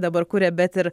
dabar kuria bet ir